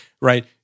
right